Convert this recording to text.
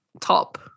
top